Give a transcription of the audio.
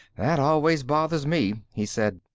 that always bothers me, he said.